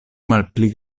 malpli